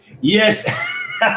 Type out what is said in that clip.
Yes